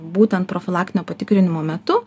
būtent profilaktinio patikrinimo metu